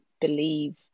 believe